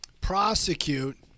prosecute